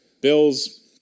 bills